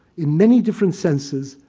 in many different senses,